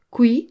Qui